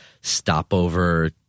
stopover